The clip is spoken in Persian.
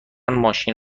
ماشین